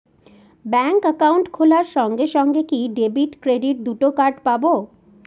Bank account খোলার সঙ্গে সঙ্গে কি ডেবিট ক্রেডিট দুটো কার্ড পাবো?